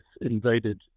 invaded